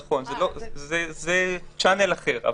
נכון, זה ערוץ אחר.